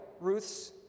Ruth's